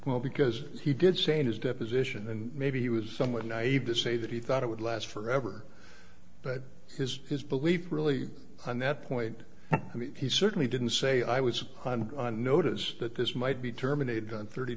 well because he did say in his deposition and maybe he was somewhat naive to say that he thought it would last forever but his his belief really on that point and he certainly didn't say i was on notice that this might be terminated on thirty